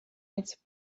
its